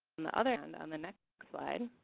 on the other hand, on the next slide,